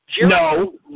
No